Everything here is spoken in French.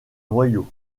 noyau